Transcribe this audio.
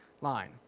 line